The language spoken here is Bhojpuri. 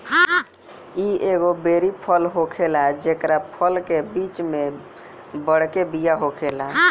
इ एगो बेरी फल होखेला जेकरा फल के बीच में बड़के बिया होखेला